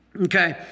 okay